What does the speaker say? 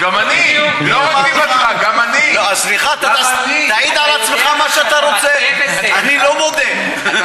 סליחה, תעיד על עצמך מה שאתה רוצה, אני לא מודה.